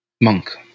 Monk